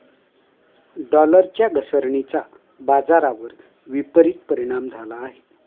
डॉलरच्या घसरणीचा बाजारावर विपरीत परिणाम झाला आहे